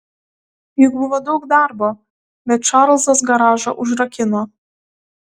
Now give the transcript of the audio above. juk buvo daug darbo bet čarlzas garažą užrakino